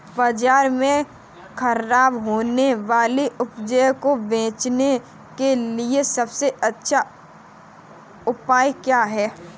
बाजार में खराब होने वाली उपज को बेचने के लिए सबसे अच्छा उपाय क्या है?